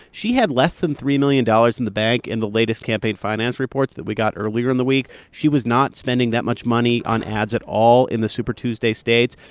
she had less than three million dollars in the bank in the latest campaign finance reports that we got earlier in the week. she was not spending that much money on ads at all in the super tuesday states,